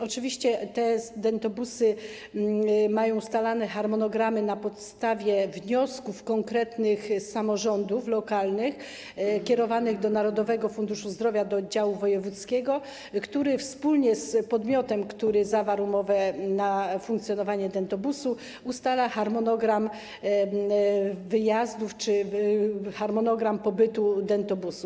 Oczywiście te dentobusy mają ustalane harmonogramy pracy na podstawie wniosków konkretnych samorządów lokalnych kierowanych do Narodowego Funduszu Zdrowia, do oddziału wojewódzkiego, który wspólnie z podmiotem, który zawarł umowę na funkcjonowanie dentobusu, ustala harmonogram wyjazdów czy harmonogram pobytu dentobusu.